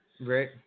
Right